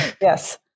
yes